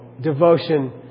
devotion